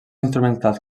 instrumentals